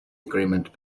agreement